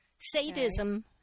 sadism